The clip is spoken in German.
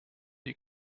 die